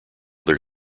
their